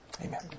Amen